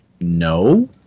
no